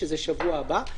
שזה בשבוע הבא,